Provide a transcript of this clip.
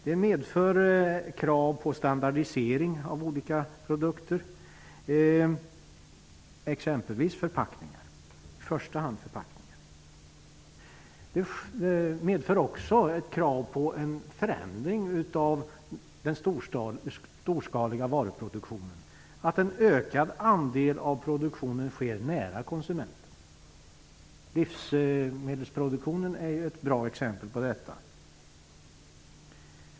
Det medför krav på standardisering av olika produkter, i första hand förpackningar. Det för också med sig ett krav på en förändring av den storskaliga varuproduktionen. En ökad andel av produktionen bör förläggas nära konsumenten. Livsmedelsproduktionen är ett bra exempel på detta.